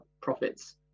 profits